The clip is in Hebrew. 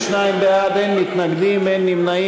חברי הכנסת, 52 בעד, אין מתנגדים, אין נמנעים.